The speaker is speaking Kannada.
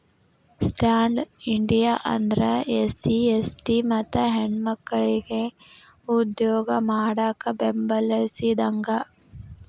ಸ್ಟ್ಯಾಂಡ್ಪ್ ಇಂಡಿಯಾ ಅಂದ್ರ ಎಸ್ಸಿ.ಎಸ್ಟಿ ಮತ್ತ ಹೆಣ್ಮಕ್ಕಳಿಗೆ ಉದ್ಯೋಗ ಮಾಡಾಕ ಬೆಂಬಲಿಸಿದಂಗ